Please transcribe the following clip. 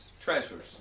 treasures